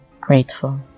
grateful